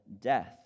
death